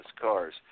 cars